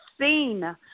seen